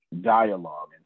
dialogue